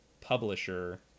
publisher